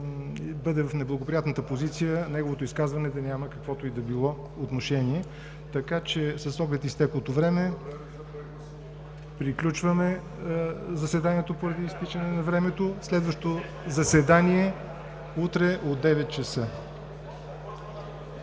бъде в неблагоприятната позиция – неговото изказване да няма каквото и да било отношение. Така че с оглед изтеклото време приключваме заседанието поради изтичане на времето. Следващото заседание е утре от 9,00 часа.